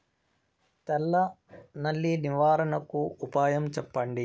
తెల్ల నల్లి నివారణకు ఉపాయం చెప్పండి?